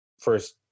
First